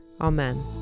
Amen